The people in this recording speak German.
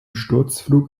sturzflug